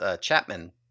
Chapman